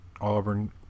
Auburn